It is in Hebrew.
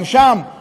גם שם אתה תצטרך,